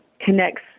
connects